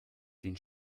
den